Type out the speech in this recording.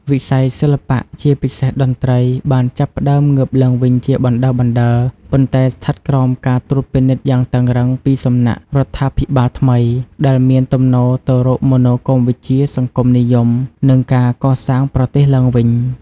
វិស័យសិល្បៈ ជាពិសេសតន្ត្រី បានចាប់ផ្ដើមងើបឡើងវិញជាបណ្ដើរៗ ប៉ុន្តែស្ថិតក្រោមការត្រួតពិនិត្យយ៉ាងតឹងរ៉ឹងពីសំណាក់រដ្ឋាភិបាលថ្មី ដែលមានទំនោរទៅរកមនោគមវិជ្ជាសង្គមនិយម និងការកសាងប្រទេសឡើងវិញ។